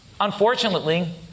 unfortunately